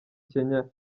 kenya